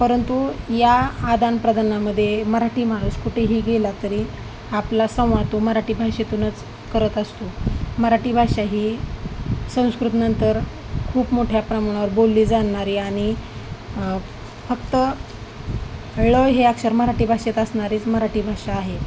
परंतु या आदानप्रदनामध्ये मराठी माणूस कुठेही गेला तरी आपला संवाद तू मराठी भाषेतूनच करत असतो मराठी भाषा ही संस्कृतनंतर खूप मोठ्या प्रमाणावर बोलली जाणारी आणि फक्त ळ हे अक्षर मराठी भाषेत असणारीच मराठी भाषा आहे